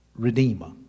Redeemer